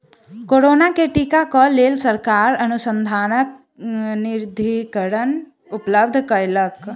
corona के टीका क लेल सरकार अनुसन्धान निधिकरण उपलब्ध कयलक